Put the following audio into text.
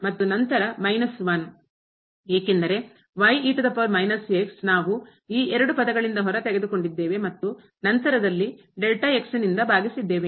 ಮತ್ತು ನಂತರ ಏಕೆಂದರೆ ನಾವು ಈ ಎರಡು ಪದಗಳಿಂದ ಹೊರಗೆ ತೆಗೆದುಕೊಂಡಿದ್ದೇವೆ ಮತ್ತು ನಂತರದಲ್ಲಿ ಭಾಗಿಸಿದ್ದೇವೆ